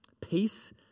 peace